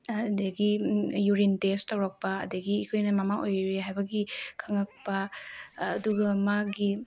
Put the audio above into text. ꯑꯗꯨꯗꯒꯤ urine test ꯇꯧꯔꯛꯄ ꯑꯗꯨꯗꯒꯤ ꯑꯩꯈꯣꯏꯅ ꯃꯃꯥ ꯑꯣꯏꯔꯦ ꯍꯥꯏꯕꯒꯤ ꯈꯪꯉꯛꯄ ꯑꯗꯨꯒ ꯃꯥꯒꯤ